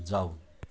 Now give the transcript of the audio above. जाऊ